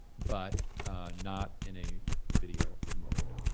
but not in a video mode.